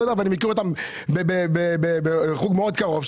ומכיר אותם בחוג מאוד קרוב,